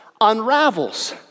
unravels